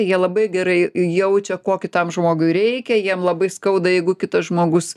jie labai gerai jaučia ko kitam žmogui reikia jiem labai skauda jeigu kitas žmogus